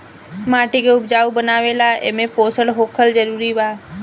माटी के उपजाऊ बनावे ला एमे पोषण होखल जरूरी बा